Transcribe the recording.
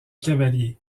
cavaliers